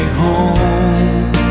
home